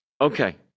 Okay